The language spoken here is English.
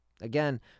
Again